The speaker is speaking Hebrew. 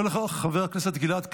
של חבר הכנסת גלעד קריב.